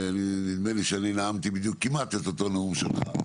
נדמה לי שאני נאמתי כמעט את אותו נאום שלך.